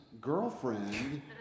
girlfriend